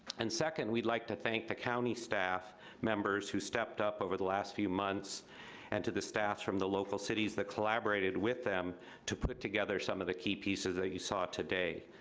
and second we'd like to thank the county staff members who stepped up over the last few months and to the staff from the local cities that collaborated with them to put together some of the key pieces that you saw today.